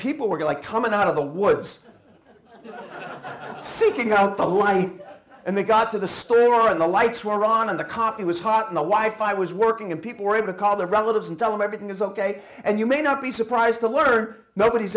people were like coming out of the woods seeking out the light and they got to the store in the lights were on in the coffee was hot and the wife i was working and people were able to call their relatives and tell them everything is ok and you may not be surprised to learn nobody's